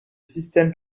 système